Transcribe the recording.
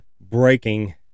Breaking